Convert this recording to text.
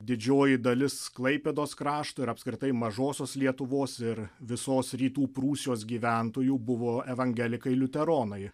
didžioji dalis klaipėdos krašto ir apskritai mažosios lietuvos ir visos rytų prūsijos gyventojų buvo evangelikai liuteronai